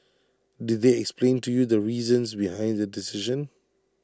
did they explain to you the reasons behind their decision